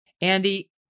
Andy